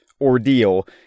ordeal